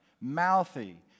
mouthy